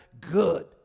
good